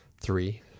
Three